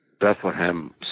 Bethlehem